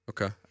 Okay